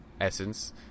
essence